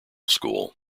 school